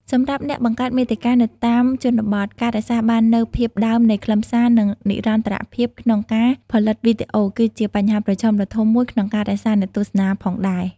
សម្រាប់អ្នកបង្កើតមាតិកានៅតាមជនបទ ការរក្សាបាននូវភាពដើមនៃខ្លឹមសារ និង និរន្តរភាពក្នុងការផលិតវីដេអូ គឺជាបញ្ហាប្រឈមដ៏ធំមួយក្នុងការរក្សាអ្នកទស្សនាផងដែរ។